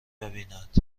ببیند